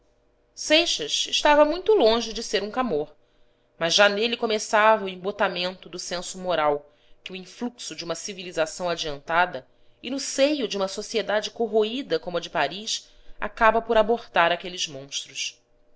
seixas estava muito longe de ser um camors mas já nele começava o embotamento do senso moral que o influxo de uma civilização adiantada e no seio de uma sociedade corroída como a de paris acaba por abortar aqueles monstros